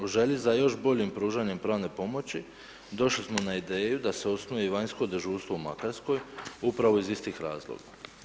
U želji za još boljim pružanjem pravne pomoći, došli smo na ideju da se osnuje i vanjsko dežurstvo u Makarskoj upravo iz istih razloga.